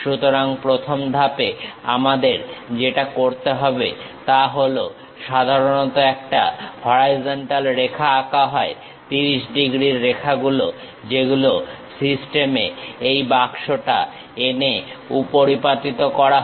সুতরাং প্রথম ধাপে আমাদের যেটা করতে হবে তা হল সাধারণত একটা হরাইজন্টাল রেখা আঁকা হয় 30 ডিগ্রীর রেখাগুলো যেগুলো সিস্টেম এ এই বাক্সটা এনে উপরিপাতিত করা হয়